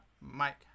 mike